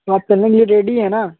तो आप चलने के लिए रेडी है ना